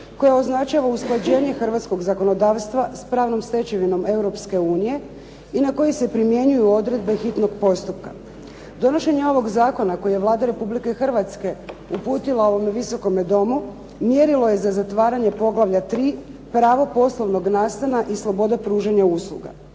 koji označava usklađenje hrvatskog zakonodavstva s pravnom stečevinom Europske unije i na koji se primjenjuju odredbe hitnog postupka. Donošenje ovog zakona koji je Vlada Republike Hrvatske uputila ovome Visokome domu mjerilo je za zatvaranje Poglavlja 3. Pravo poslovnog nastana i sloboda pružanja usluga.